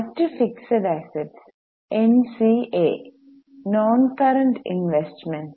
മറ്റ് fixed assets NCA non current investment